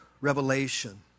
revelation